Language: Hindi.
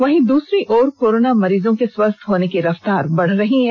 वहीं दूसरी तरफ कोरोना मरीजों के स्वस्थ होने की रफ्तार बढ़ रही है